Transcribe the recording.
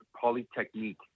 Polytechnique